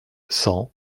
cent